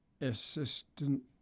Assistant